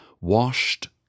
washed